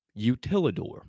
Utilidor